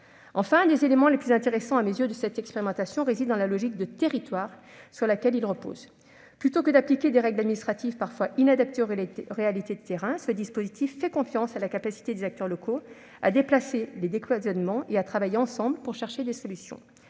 Enfin, l'un des éléments les plus intéressants, à mes yeux, de cette expérimentation réside dans la logique de territoire sur laquelle repose le dispositif. Plutôt que d'appliquer des règles administratives parfois inadaptées aux réalités de terrain, on fait confiance, au travers de ce dispositif, à la capacité des acteurs locaux de dépasser les cloisonnements et de travailler ensemble pour chercher des solutions.